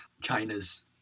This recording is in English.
China's